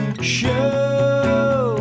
Show